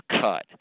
cut